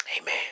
Amen